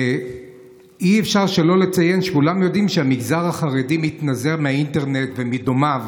אי-אפשר שלא לציין שכולם יודעים שהמגזר החרדי מתנזר מהאינטרנט ומדומיו.